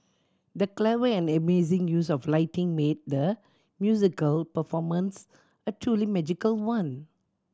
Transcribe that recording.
the clever and amazing use of lighting made the musical performance a truly magical one